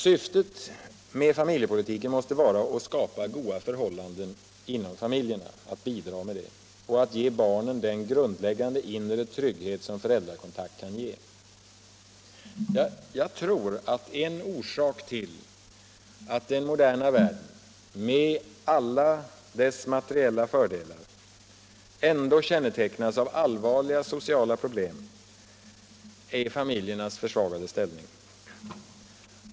Syftet med familjepolitiken måste vara att bidra till att skapa goda förhållanden inom familjerna och ge barnen den grundläggande inre trygghet som föräldrakontakten skapar. Jag tror att en orsak till att den moderna världen med alla dess materiella fördelar likväl kännetecknas av allvarliga sociala problem är familjernas försvagade ställning.